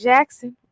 Jackson